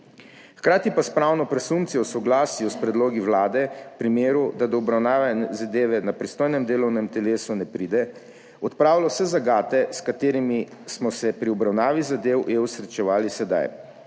Hkrati pa s pravno presumpcijo v soglasju s predlogi Vlade v primeru, da do obravnave zadeve na pristojnem delovnem telesu ne pride, odpravlja vse zagate, s katerimi smo se pri obravnavi zadev EU srečevali sedaj